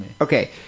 Okay